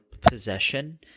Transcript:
possession